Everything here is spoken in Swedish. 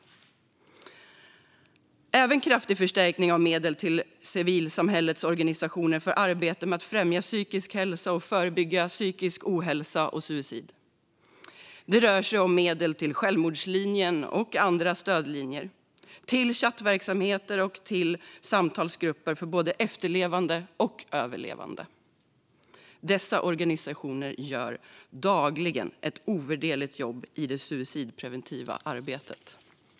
Detta gäller även kraftig förstärkning av medel till civilsamhällets organisationer för arbete med att främja psykisk hälsa samt förebygga psykisk ohälsa och suicid. Det rör sig om medel till Självmordslinjen och andra stödlinjer, till chattverksamheter och till samtalsgrupper för både efterlevande och överlevande. Dessa organisationer gör dagligen ett ovärderligt jobb i det suicidpreventiva arbetet.